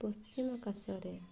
ପଶ୍ଚିମାକାଶରେ